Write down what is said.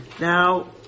Now